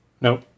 Nope